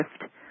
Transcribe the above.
shift